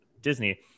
Disney